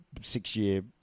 six-year